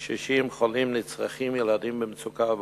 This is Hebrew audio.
קשישים, חולים, נצרכים, ילדים במצוקה ועוד,